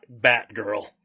Batgirl